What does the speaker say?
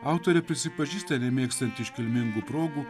autorė prisipažįsta nemėgstant iškilmingų progų